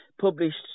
published